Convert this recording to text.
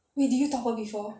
wait did you topple before